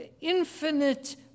infinite